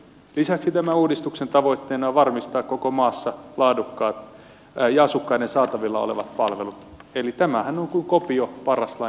lisäksi tämä uudistuksen tavoitteena on varmistaa koko maassa laadukkaat ajo asukkaiden saatavilla olevat palvelut kehittämään nuku kopio parasta